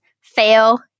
Fail